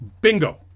Bingo